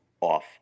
off